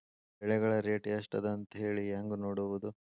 ಬೆಳೆಗಳ ರೇಟ್ ಎಷ್ಟ ಅದ ಅಂತ ಹೇಳಿ ಹೆಂಗ್ ನೋಡುವುದು?